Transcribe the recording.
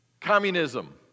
Communism